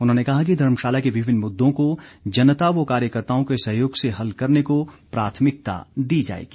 उन्होंने कहा कि धर्मशाला के विभिन्न मुद्दों को जनता व कार्यकर्ताओं के सहयोग से हल करने को प्राथमिकता दी जाएगी